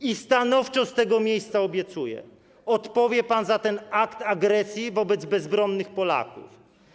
I stanowczo z tego miejsca obiecuję, że odpowie pan za ten akt agresji wobec bezbronnych Polaków.